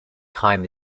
time